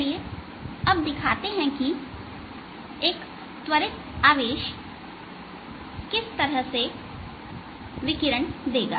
चलिए अब दिखाते हैं कि एक त्वरित आवेश किस तरह से विकिरण देगा